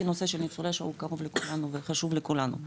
כי נושא של ניצולי שואה הוא קרוב לכולנו וחשוב לכולנו.